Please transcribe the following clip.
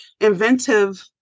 inventive